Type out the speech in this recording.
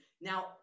Now